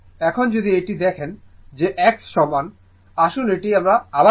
এখন যদি দেখুন যে x সমান আসুন এটি পরিষ্কার করা যাক